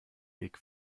weg